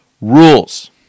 rules